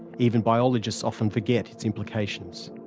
even biologists often forget its implications.